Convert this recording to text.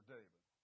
David